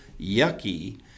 yucky